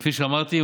כפי שאמרתי,